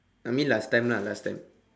I mean last time lah last time